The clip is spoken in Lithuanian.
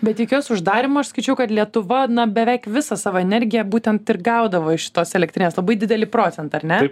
bet iki jos uždarymo aš skaičiau kad lietuva na beveik visą savo energiją būtent ir gaudavo iš šitos elektrinės labai didelį procentą ar ne